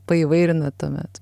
paįvairinat tuomet